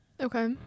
Okay